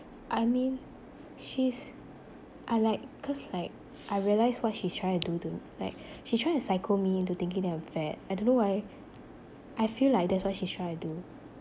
I mean she's I like cause like I realised what she's trying to do to m~ like she's trying to psycho me into thinking that I'm fat I don't know why I feel like that's what she's trying to do